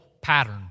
pattern